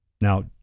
Now